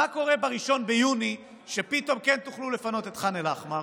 מה קורה ב-1 ביוני שפתאום כן תוכלו לפנות את ח'אן אל-אחמר?